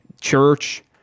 Church